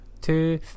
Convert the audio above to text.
two